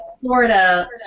Florida